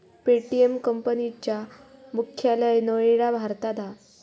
Paytm company चा मुख्यालय नोएडा भारतात हा